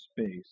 space